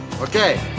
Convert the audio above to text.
Okay